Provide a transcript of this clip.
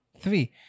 Three